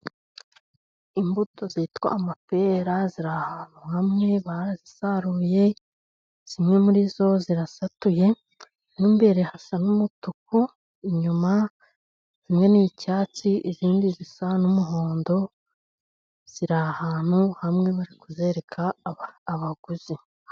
Imbuto zitwa amapera ziri ahantu hamwe barazisaruye zimwe muri zo zirasatuye mo imbere hasa nk'umutuku inyuma zimwe ni icyatsi, izindi zisa n'umuhondo ziri ahantu hamwe bari kuzereka abaguzi